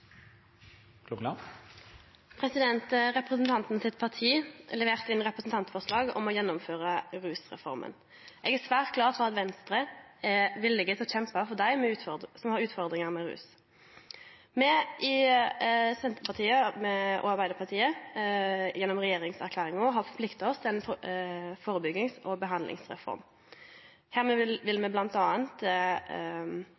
levert inn representantforslag om å gjennomføre rusreforma. Eg er svært glad for at Venstre er villig til å kjempe for dei som har utfordringar med rus. Senterpartiet og Arbeidarpartiet har gjennom regjeringserklæringa forplikta oss til ei førebyggings- og behandlingsreform. Her vil me